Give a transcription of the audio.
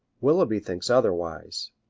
willeby thinks otherwise.